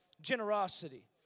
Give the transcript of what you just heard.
generosity